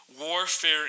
warfare